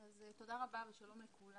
תודה רבה ושלום לכולם.